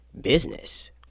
business